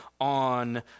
on